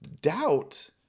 doubt